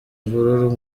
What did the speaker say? imvururu